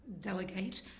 delegate